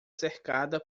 cercada